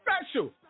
special